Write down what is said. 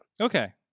Okay